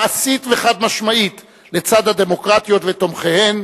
מעשית וחד-משמעית לצד הדמוקרטיות ותומכיהן